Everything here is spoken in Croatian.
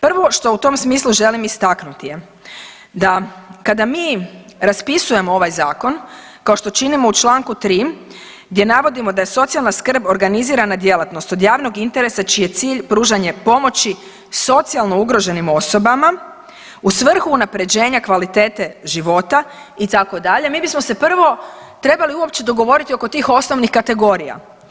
Prvo što u tom smislu želim istaknuti je da kada mi raspisujemo ovaj zakon kao što činimo u čl. 3. gdje navodimo da je socijalna skrb organizirana djelatnost od javnog interesa čiji je cilj pružanje pomoći socijalno ugroženim osobama u svrhu unaprjeđenja kvalitete života itd., mi bismo se prvo trebali uopće dogovoriti oko tih osnovnih kategorija.